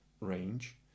range